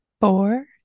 Four